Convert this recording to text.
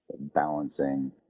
balancing